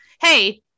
Hey